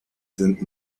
sind